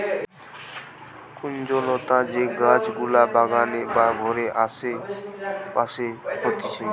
কুঞ্জলতা যে গাছ গুলা বাগানে বা ঘরের আসে পাশে হতিছে